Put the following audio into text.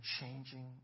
changing